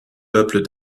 peuples